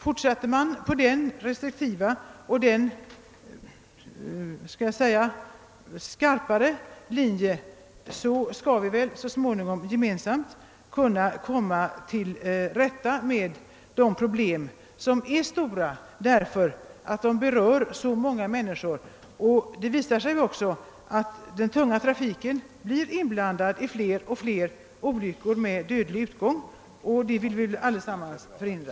Fortsätter man på den restriktivare linjen, skall vi väl så småningom gemensamt kunna komma till rätta med dessa problem som är stora därför att de berör så många människor. Det visar sig också att den tunga trafiken blir inblandad i allt fler olyckor med dödlig utgång, och det vill vi väl allesammans förhindra.